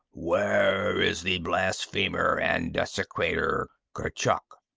where is the blasphemer and desecrator, kurchuk?